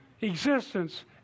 existence